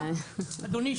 אדוני,